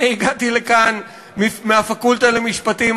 אני הגעתי לכאן מהפקולטה למשפטים,